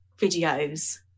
videos